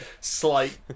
slight